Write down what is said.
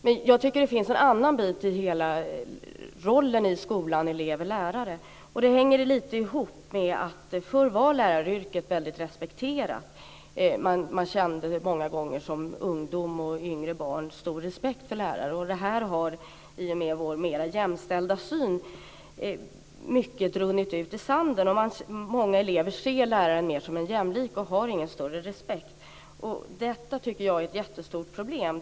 Men jag tycker att det finns en annan bit i det hela, nämligen rollfördelningen i skolan mellan elever och lärare. Det hänger lite grann ihop med att läraryrket förr var väldigt respekterat. Som barn och som ung kände man många gånger stor respekt för lärare. Mycket av detta har i och med vår mer jämställda syn runnit ut i sanden. Många elever ser läraren mer som en jämlike och har ingen större respekt. Detta tycker jag är ett jättestort problem.